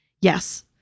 Yes